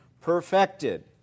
perfected